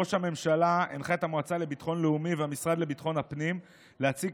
ראש הממשלה הנחה את המועצה לביטחון לאומי והמשרד לביטחון הפנים להציג